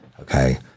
okay